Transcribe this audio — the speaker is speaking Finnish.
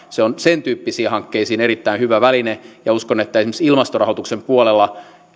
se on sentyyppisiin hankkeisiin erittäin hyvä väline ja uskon että esimerkiksi ilmastorahoituksen puolella